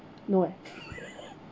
no leh